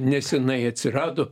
nesenai atsirado